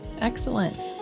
Excellent